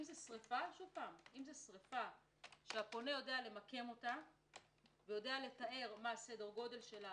אם זה שריפה שהפונה יודע למקם אותה ולתאר מה סדר הגודל שלה